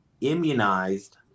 immunized